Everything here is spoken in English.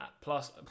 Plus